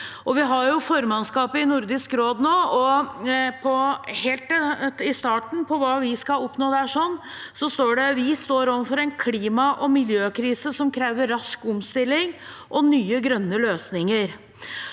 Vi har nå formannskapet i Nordisk råd, og helt i starten av programmet for hva vi skal oppnå der, står det: «Vi står overfor en klima- og miljøkrise som krever rask omstilling og nye grønne løsninger.»